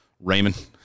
Raymond